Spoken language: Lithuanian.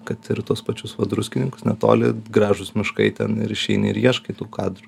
kad ir tuos pačius va druskininkus netoli gražūs miškai ten ir išeini ir ieškai tų kadrų